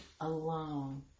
alone